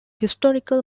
historical